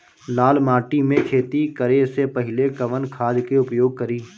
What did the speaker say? लाल माटी में खेती करे से पहिले कवन खाद के उपयोग करीं?